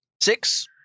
Six